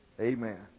Amen